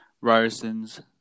Ryerson's